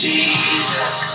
Jesus